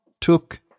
took